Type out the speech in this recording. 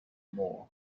more